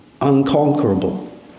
unconquerable